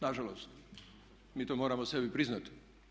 Na žalost mi to moramo sebi priznati.